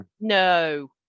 No